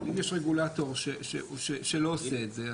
אבל אם יש רגולטור שלא עושה את זה,